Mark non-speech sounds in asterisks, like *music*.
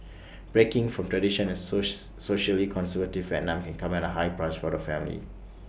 *noise* breaking from tradition in source socially conservative Vietnam can come at A high price for the family